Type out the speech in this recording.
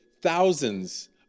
thousands